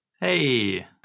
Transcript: Hey